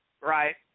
Right